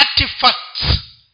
artifacts